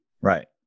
Right